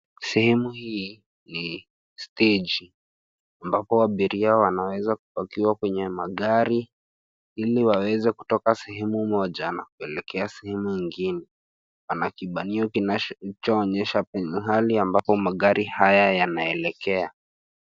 Sehemu hii ni steji ambapo, abiria wanaweza kupakiwa kwenye gari ili waweze kutoka sehemu moja na kuelekea sehemu ingine. Pana kibanio kinachoonyesha pahali ambapo magari haya yanaelekea.